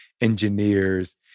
engineers